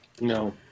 no